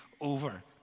over